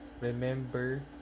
remember